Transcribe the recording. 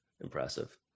impressive